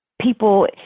people